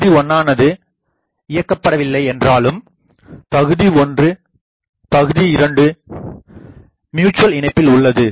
பகுதி 1 னானது இயக்கப்படவில்லை என்றாலும் பகுதி1 பகுதி2 மீச்சுவல்இணைப்பில் உள்ளது